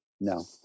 No